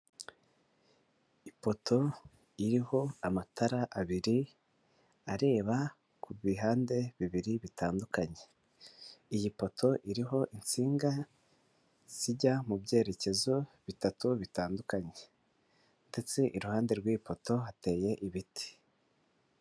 Ipoto iriho amatara abiri areba ku bihande bibiri bitandukanye. Iyi poto iriho insinga zijya mu byerekezo bitatu bitandukanye, ndetse iruhande rw'iyi poto hateye ibiti.